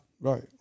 Right